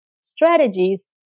strategies